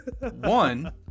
One